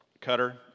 Cutter